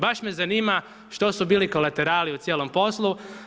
Baš me zanima što su bili kolaterali u cijelom poslu.